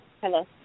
Hello